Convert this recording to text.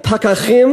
פקחים,